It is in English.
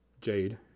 Jade